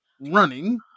running